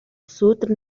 сүүдэр